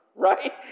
right